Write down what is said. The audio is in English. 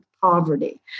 poverty